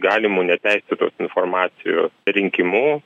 galimu neteisėtos informacijos rinkimu